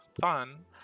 fun